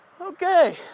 Okay